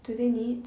do they need